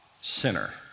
Sinner